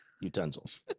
utensils